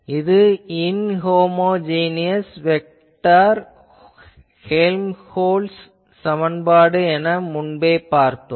இது inhomogeneous vector Helmholtz சமன்பாடு என முன்பே பார்த்தோம்